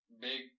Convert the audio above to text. big